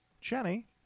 Jenny